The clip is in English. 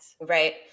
Right